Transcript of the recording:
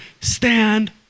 stand